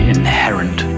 inherent